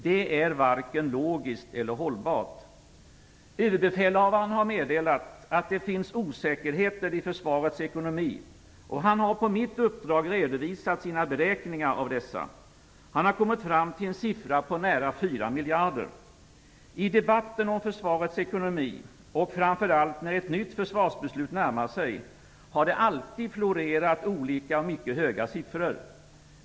Det är varken logiskt eller hållbart. Överbefälhavaren har meddelat att det finns osäkerheter i försvarets ekonomi. Han har på mitt uppdrag redovisat sina beräkningar av dessa. Han har kommit fram till en siffra på nära 4 miljarder. I debatten om försvarets ekonomi, och framför allt när ett nytt försvarsbeslut närmar sig, har det alltid florerat olika och mycket höga siffror.